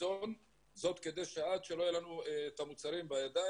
גם לגבי הנכונות בכלל